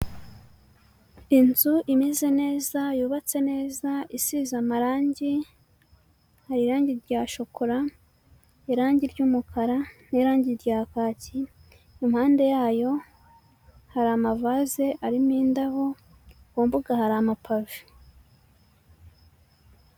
Inzu imeze neza yubatse neza isize amarangi, hari irangi rya shokora, irangi ry'umukara, n'irangi rya kaki, impande yayo hari amavase arimo indabo ku mbuga hari amapave.